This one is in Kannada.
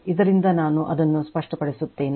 ಇದರಿಂದ ನಾನು ಅದನ್ನು ಸ್ಪಷ್ಟಪಡಿಸುತ್ತೇನೆ